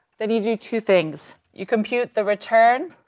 then you do two things. you compute the return,